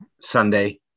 Sunday